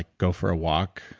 go for a walk,